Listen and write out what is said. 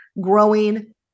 growing